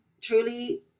truly